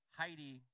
Heidi